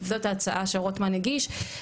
זאת ההצעה שרוטמן הגיש,